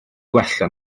gwella